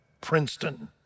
Princeton